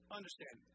understand